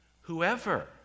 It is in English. Whoever